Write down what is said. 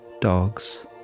dogs